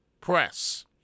press